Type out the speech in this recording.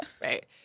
right